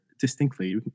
distinctly